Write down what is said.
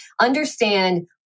understand